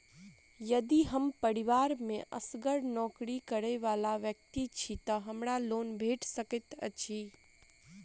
यदि हम परिवार मे असगर नौकरी करै वला व्यक्ति छी तऽ हमरा लोन भेट सकैत अछि?